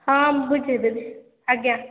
ହଁ ମୁଁ ବୁଝେଇଦେବି ଆଜ୍ଞା